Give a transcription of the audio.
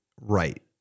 Right